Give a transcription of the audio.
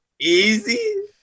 easy